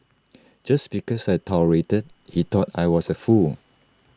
just because I tolerated he thought I was A fool